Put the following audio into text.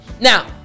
Now